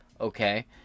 Okay